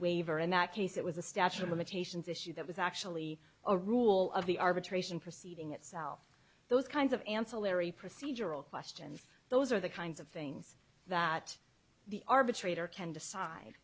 waiver in that case it was a statute of limitations issue that was actually a rule of the arbitration proceeding itself those kinds of ancillary procedural questions those are the kinds of things that the arbitrator can decide